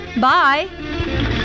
Bye